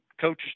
coaches